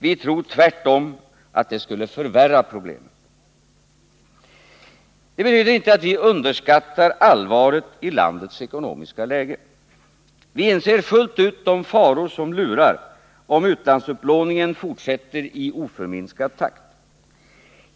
Vi tror tvärtom att de skulle förvärra problemen. Det betyder inte att vi underskattar allvaret i landets ekonomiska läge. Vi inser fullt ut de faror som lurar, om utlandsupplåningen fortsätter i oförminskad takt.